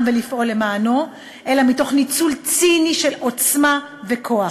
ולפעול למענו אלא מניצול ציני של עוצמה וכוח.